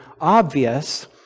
obvious